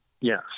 Yes